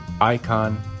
icon